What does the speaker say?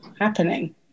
Happening